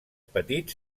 petits